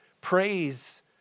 praise